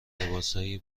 لباسهای